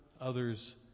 others